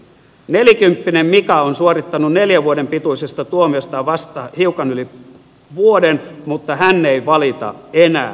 nelikymppinen mika on suorittanut neljän vuoden pituisesta tuomiostaan vasta hiukan yli vuoden mutta hän ei valita enää